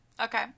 Okay